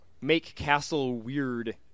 make-castle-weird